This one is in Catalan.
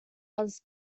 els